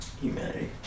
Humanity